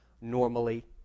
normally